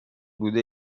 بوده